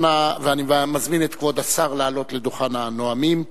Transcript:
אני מזמין את כבוד השר לעלות לדוכן הנואמים,